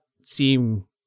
seem